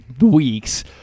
weeks